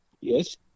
Yes